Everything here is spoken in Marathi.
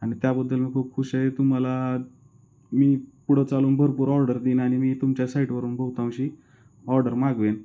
आणि त्याबद्दल मी खूप खूश आहे तुम्हाला मी पुढं चालून भरपूर ऑर्डर देईन आणि मी तुमच्या साईटवरून बहुतांशी ऑर्डर मागवेन